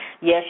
Yes